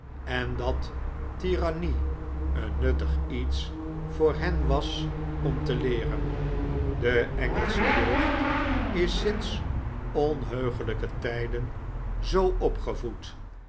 en dat tirannie een nuttig iets voor hen was om te leeren de engelsche jeugd is sinds onheugelijke tijden zoo opgevoed